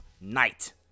night